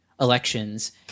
elections